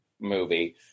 movie